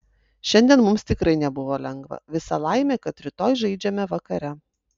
šiandien mums tikrai nebuvo lengva visa laimė kad rytoj žaidžiame vakare